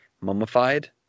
mummified